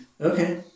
Okay